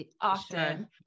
often